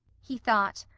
he thought,